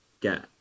get